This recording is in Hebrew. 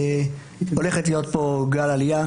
הולך להיות פה גל עלייה.